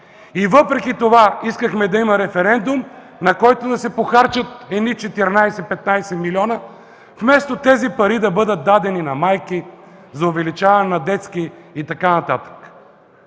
Въпреки това искахме да има референдум, на който да се похарчат 14-15 милиона, вместо тези пари да бъдат дадени на майките, за увеличаване на детските надбавки